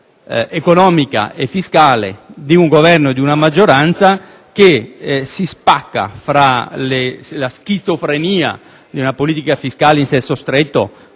economica e fiscale di un Governo e di una maggioranza che si spacca in una schizofrenica politica fiscale in senso stretto,